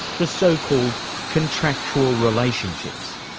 the so-called contractual relationships.